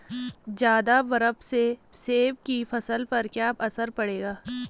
ज़्यादा बर्फ से सेब की फसल पर क्या असर पड़ेगा?